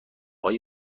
های